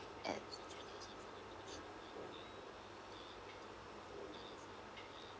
at